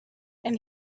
and